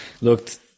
looked